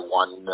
one